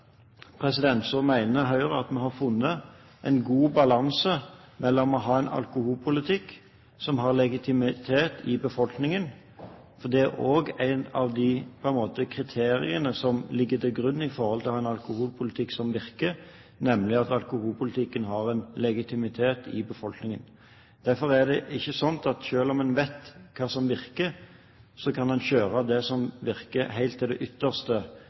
Høyre at vi har funnet en god balanse når det gjelder å ha en alkoholpolitikk som har legitimitet i befolkningen. Det er nemlig også et av kriteriene som ligger til grunn for å ha en alkoholpolitikk som virker, at alkoholpolitikken har en legitimitet i befolkningen. Det er ikke slik at selv om en vet hva som virker, så kan en kjøre det som virker, helt til det ytterste.